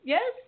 Yes